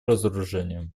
разоружению